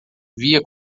via